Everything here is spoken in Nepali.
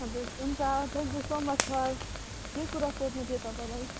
हजुर हुन्छ थ्याङ्कयू सो मच सर यही कुरा सोध्नु थियो तपाईँलाई